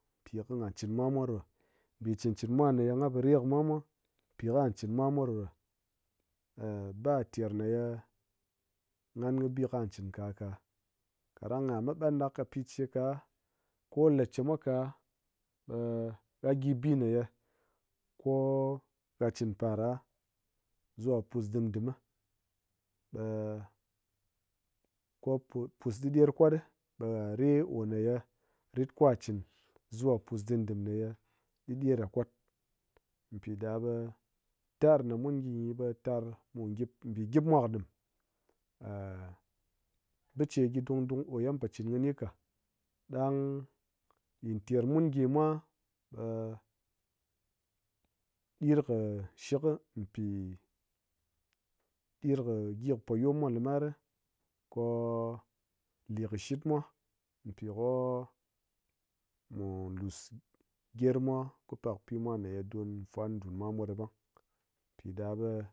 Pi kɨ ha chinmwa mwa ɗoɗa, mbi chɨn chɨn ko ye ngha po re kimwa mwa pi ka'a chinmwa mwa ɗoɗa, ba ter ma ye nghan kɨ bi ka'a chinka ka kaɗang ngha mat ɓang ɗak ki pi che ka ko la̱chemwa ka ɓe ha gyi me ye ko ha chin parɗa zuwa pus dim dim ɓe ko pus ɗider kwatɗi ɓe re koye rit ka'a chin zuwa pus dim dim ko ne ye ɗiɗer ɗa kwat piɗaɓe tar mun gyi ngyi ɓe tar mu gip bi gip mwa ɗim, biche gyi dung dung oye mu po chɨn kɨni ka ɗang ɗin ter mun gyi ngyi mwa ɓe ɗir kishik mwa pi gyi poyom mwa limar ko-o likɨ shitmwa pi ko-o mu lus gyermwa kɨ pakpimwa ye don fwan dunmwa mwa ɗi ɓang piɗa ɓe